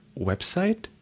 website